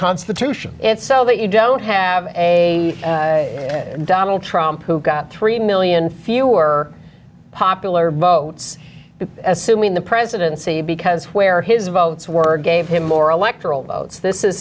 constitution and so that you don't have a donald trump who got three million fewer popular votes assuming the presidency because where his votes were gave him more electoral votes this is